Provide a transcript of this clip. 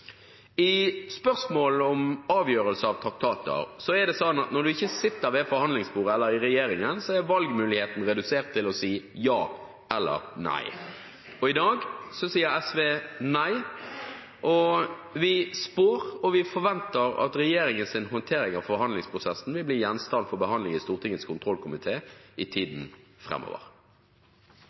I spørsmålet om avgjørelse av traktater er det sånn at når en ikke sitter ved forhandlingsbordet eller i regjeringen, er valgmuligheten redusert til å si ja eller nei. I dag sier SV nei, og vi spår og vi forventer at regjeringens håndtering av forhandlingsprosessen vil bli gjenstand for behandling i Stortingets kontrollkomité i tiden